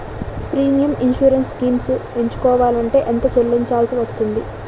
Premium insurance schemes ఎంచుకోవలంటే ఎంత చల్లించాల్సివస్తుంది??